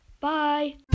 bye